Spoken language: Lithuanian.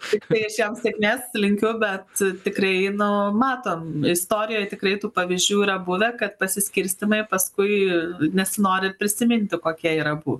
tiktai aš jam sėkmės linkiu bet tikrai nu matom istorijoje tikrai tų pavyzdžių yra buvę kad pasiskirstymai paskui nesinori ir prisiminti kokie yra buvę